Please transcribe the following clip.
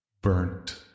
Burnt